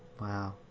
Wow